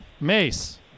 Mace